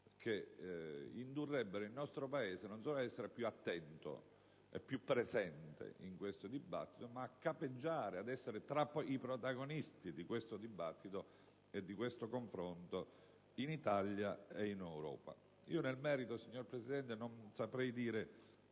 che indurrebbero il nostro Paese, non solo ad essere più attento e più presente in questo dibattito, ma a capeggiare ed essere tra i protagonisti di questo confronto in Italia e in Europa. Nel merito, signor Presidente, non saprei dire